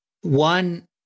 One